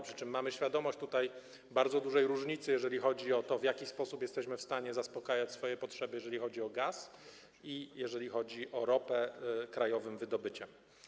Przy czym mamy świadomość bardzo dużej różnicy, jeżeli chodzi o to, w jaki sposób jesteśmy w stanie zaspokajać swoje potrzeby, jeżeli chodzi o gaz i jeżeli chodzi o ropę, krajowym wydobyciem.